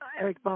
Eric